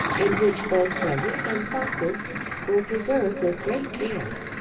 in which both pheasants and foxes were preserved with great care.